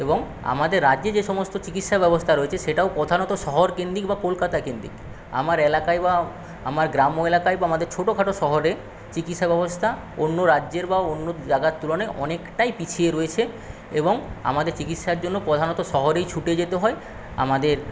এবং আমাদের রাজ্যে যে সমস্ত চিকিৎসা ব্যবস্থা রয়েছে সেটাও প্রধানত শহরকেন্দ্রিক বা কলকাতা কেন্দ্রিক আমার এলাকায় বা আমার গ্রাম্য এলাকায় বা আমার ছোটো খাটো শহরে চিকিৎসা ব্যবস্থা অন্য রাজ্যের বা অন্য জায়গার তুলনায় অনেকটাই পিছিয়ে রয়েছে এবং আমাদের চিকিৎসার জন্য প্রধানত শহরেই ছুটে যেতে হয় আমাদের